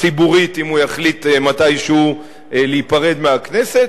ציבורית אם הוא יחליט מתישהו להיפרד מהכנסת,